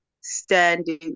standing